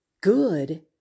good